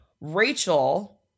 Rachel